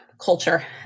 culture